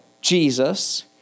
Jesus